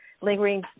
lingering